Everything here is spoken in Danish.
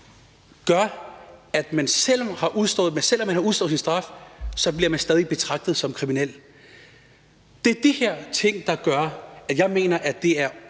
gør, at man, selv om man har udstået sin straf, stadig bliver betragtet som kriminel. Det er de her ting, der gør, at jeg mener, at målet er